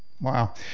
Wow